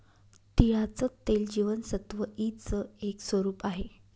तिळाचं तेल जीवनसत्व ई च एक स्वरूप आहे